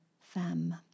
femme